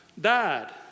died